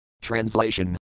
Translation